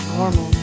normal